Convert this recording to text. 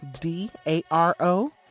d-a-r-o